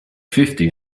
fifty